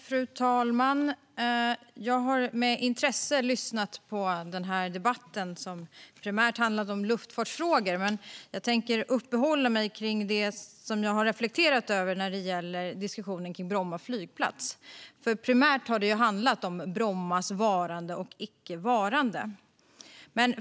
Fru talman! Jag har med intresse lyssnat till debatten, som primärt har handlat om luftfartsfrågor, men jag tänker uppehålla mig vid det jag har reflekterat över, nämligen diskussionen om Bromma flygplats. Det har ju handlat om Brommas vara eller icke vara.